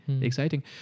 Exciting